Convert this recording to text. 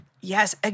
Yes